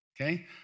okay